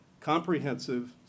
comprehensive